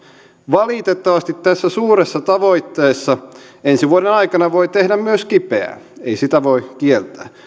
valitettavasti tässä suuressa tavoitteessa ensi vuoden aikana voi tehdä myös kipeää ei sitä voi kieltää